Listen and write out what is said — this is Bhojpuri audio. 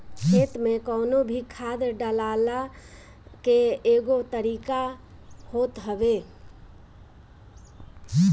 खेत में कवनो भी खाद डालला के एगो तरीका होत हवे